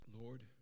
Lord